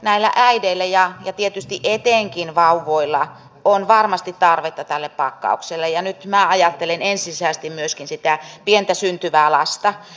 näillä äideillä ja tietysti etenkin vauvoilla on varmasti tarvetta tälle pakkaukselle ja nyt minä ajattelen ensisijaisesti myöskin sitä pientä syntyvää lasta